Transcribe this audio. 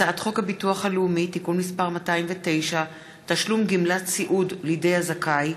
הצעת חוק הביטוח הלאומי (תיקון מס' 209) (תשלום גמלת סיעוד לידי הזכאי,